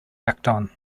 acton